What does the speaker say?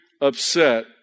upset